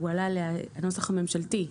הנוסח הממשלתי,